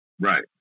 Right